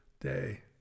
day